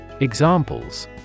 Examples